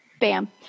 bam